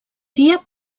dia